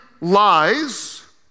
lies